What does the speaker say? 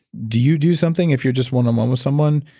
do you do something if you're just one on one with someone?